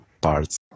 parts